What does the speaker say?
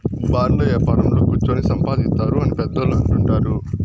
బాండ్ల యాపారంలో కుచ్చోని సంపాదిత్తారు అని పెద్దోళ్ళు అంటుంటారు